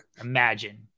imagine